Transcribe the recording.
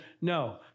No